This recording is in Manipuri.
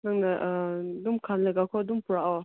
ꯅꯪꯅ ꯑꯗꯨꯝ ꯈꯜꯂꯒꯀꯣ ꯑꯗꯨꯝ ꯄꯣꯔꯣꯛꯑꯣ